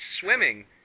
swimming